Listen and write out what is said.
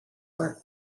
were